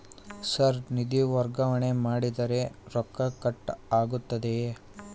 Sir ನಿಧಿ ವರ್ಗಾವಣೆ ಮಾಡಿದರೆ ರೊಕ್ಕ ಕಟ್ ಆಗುತ್ತದೆಯೆ?